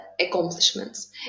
accomplishments